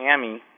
Miami